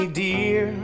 dear